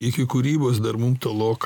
iki kūrybos dar mum tolok